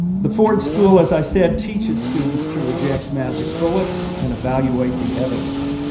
the ford school, as i said, teaches students to reject magic bullets, and evaluate the evidence.